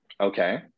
Okay